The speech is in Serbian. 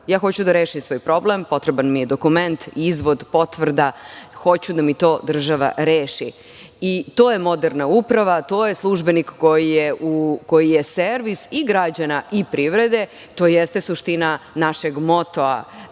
ja hoću da rešim svoj problem, potreban mi je dokument, izvod, potvrda, hoću da mi to država reši. To je moderna uprava, to je službenik koji je servis i građana i privrede i to jeste suština našeg motoa